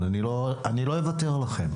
תודה רבה.